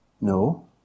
No